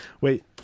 Wait